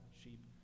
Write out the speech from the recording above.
sheep